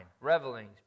revelings